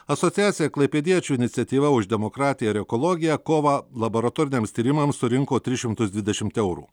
asociacija klaipėdiečių iniciatyva už demokratiją ir ekologiją kovą laboratoriniams tyrimams surinko tris šimtus dvidešimt eurų